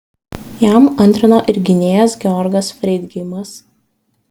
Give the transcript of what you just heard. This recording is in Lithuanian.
jam antrino ir gynėjas georgas freidgeimas